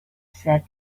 said